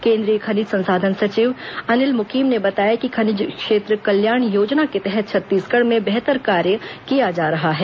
केन्द्रीय खनिज संसाधन सचिव अनिल मुकिम ने बताया कि खनिज क्षेत्र कल्याण योजना के तहत छत्तीसगढ़ में बेहतर कार्य किया जा रहा है